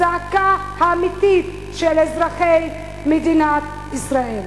הזעקה האמיתית של אזרחי מדינת ישראל.